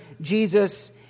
Jesus